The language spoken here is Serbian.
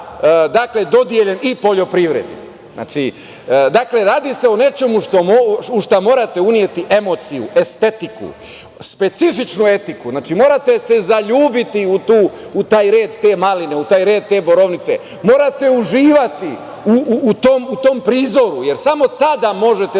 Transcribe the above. - kultura dodeljen i poljoprivredi. Dakle, radi se o nečemu u šta morate uneti emociju, estetiku, specifičnu etiku. Morate se zaljubiti u taj red te maline, u taj red te borovnice. Morate uživati u tome prizoru, jer samo tada možete